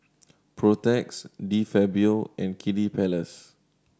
Protex De Fabio and Kiddy Palace